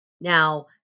Now